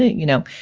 you know,